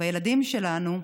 בילדים שלנו,